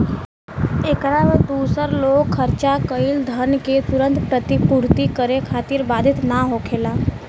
एकरा में दूसर लोग खर्चा कईल धन के तुरंत प्रतिपूर्ति करे खातिर बाधित ना होखेला